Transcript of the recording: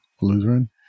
Lutheran